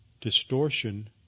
distortion